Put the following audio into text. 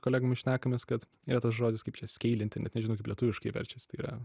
kolegomis šnekamės kad yra tas žodis kaip čia skeilinti net nežinau kaip lietuviškai verčiasi tai yra